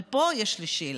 אבל פה יש לי שאלה: